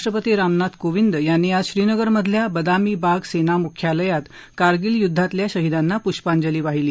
राष्ट्रपती रामनाथ कोविंद यांनी आज श्रीनगरमधल्या बदामी बाग सेना मुख्यालयात आयोजित कार्यक्रमात कारगिल युद्धातल्या शहीदांना पुष्पाजंली वाहिली